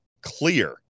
clear